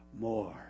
more